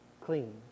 clean